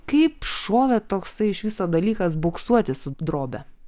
kaip šovė toksai iš viso dalykas boksuotis su drobe